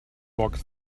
walk